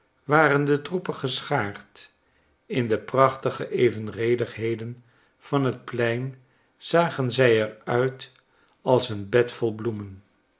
waren de troepen geschaard in de prachtige evenredigheden van het plein zagen zij er uit als een bed vol bloemen